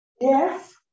yes